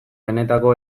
benetako